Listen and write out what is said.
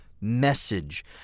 message